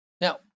Now